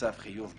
בצו חיוב בתשלומים,